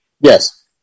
Yes